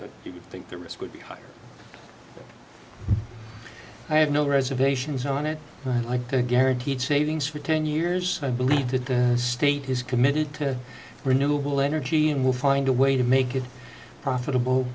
down you would think the risk would be higher i have no reservations on it but i like to guaranteed savings for ten years i believe that the state is committed to renewable energy and will find a way to make it profitable